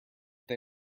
they